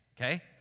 Okay